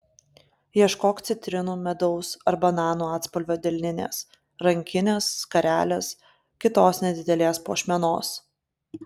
ieškok citrinų medaus ar bananų atspalvio delninės rankinės skarelės kitos nedidelės puošmenos